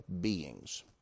beings